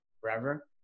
forever